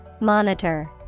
Monitor